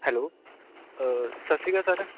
hello ਸਤਿ ਸ਼੍ਰੀ ਅਕਾਲ ਸਰ